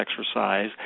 exercise